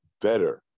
better